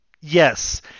yes